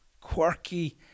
Quirky